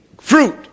fruit